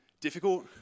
difficult